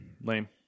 lame